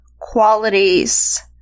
qualities